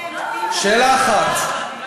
שאלה אחת.